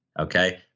okay